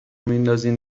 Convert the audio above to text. میندازین